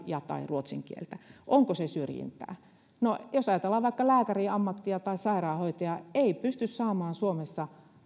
ja tai ruotsin kieltä tarpeeksi hyvin onko se syrjintää no jos ajatellaan vaikka lääkärin ammattia tai sairaanhoitajaa ei pysty suomessa